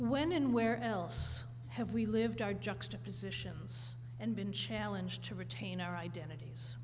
when and where else have we lived our juxtapositions and been challenge to retain our identities